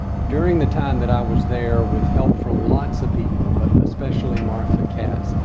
during the time that i was there, with help from lots of people but especially martha katz,